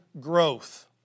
growth